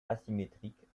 asymétriques